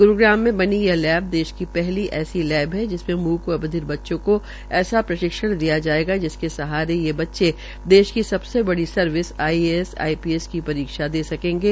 ग्रूग्राम मे बनी यह लैब देश की पहली ऐसी लैब है जिसमें मूक व बधिर बच्चों को ऐसा प्रशिक्षण दिया जायेगा जिसके सहारे ये बच्चे देश की सबसे बड़ी सर्विस आईएएस आईपीएस की परीक्षा भी दे सकेंगे